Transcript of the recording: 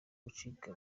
gucika